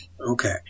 Okay